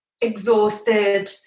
exhausted